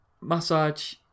massage